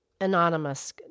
anonymous